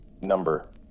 Number